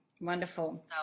Wonderful